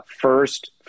first